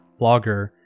blogger